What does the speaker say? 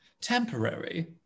temporary